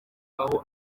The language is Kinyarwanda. aho